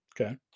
Okay